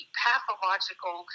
pathological